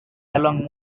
along